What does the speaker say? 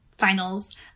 finals